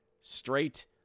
straight